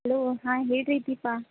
hello ಹಾಂ ಹೇಳಿರಿ ದೀಪ